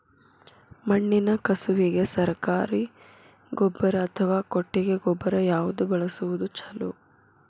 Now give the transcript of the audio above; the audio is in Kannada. ಮಣ್ಣಿನ ಕಸುವಿಗೆ ಸರಕಾರಿ ಗೊಬ್ಬರ ಅಥವಾ ಕೊಟ್ಟಿಗೆ ಗೊಬ್ಬರ ಯಾವ್ದು ಬಳಸುವುದು ಛಲೋ?